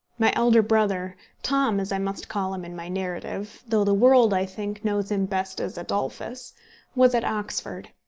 my elder brother tom as i must call him in my narrative, though the world, i think, knows him best as adolphus was at oxford.